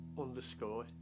underscore